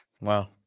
Wow